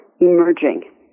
emerging